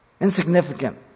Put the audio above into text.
Insignificant